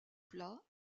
plat